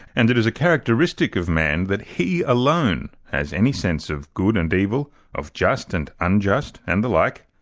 and it is a characteristic of man that he alone has any sense of good and evil, of just and unjust, and the like,